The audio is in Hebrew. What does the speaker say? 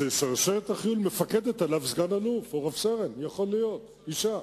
שעל שרשרת החיול מפקדת סגן-אלוף או רב-סרן, אשה.